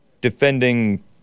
Defending